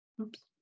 Oops